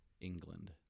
England